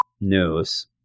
news